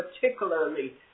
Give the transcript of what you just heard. particularly